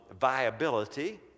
viability